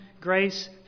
grace